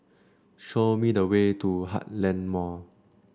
show me the way to Heartland Mall